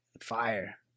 fire